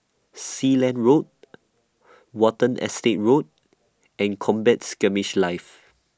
Sealand Road Watten Estate Road and Combat Skirmish Live